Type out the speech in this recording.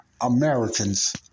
Americans